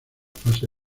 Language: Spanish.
fase